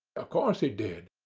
ah course he did,